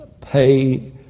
pay